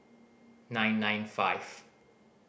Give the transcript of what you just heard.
nine nine five